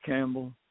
Campbell